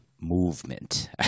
movement